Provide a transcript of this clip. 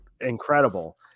incredible